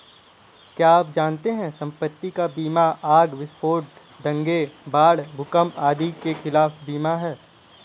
क्या आप जानते है संपत्ति का बीमा आग, विस्फोट, दंगे, बाढ़, भूकंप आदि के खिलाफ बीमा है?